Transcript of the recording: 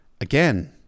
again